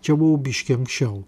čia buvo biškį anksčiau